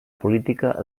política